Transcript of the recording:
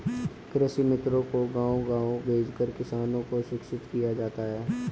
कृषि मित्रों को गाँव गाँव भेजकर किसानों को शिक्षित किया जाता है